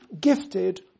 gifted